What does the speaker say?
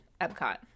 epcot